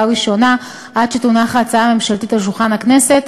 ראשונה עד שתונח ההצעה הממשלתית על שולחן הכנסת,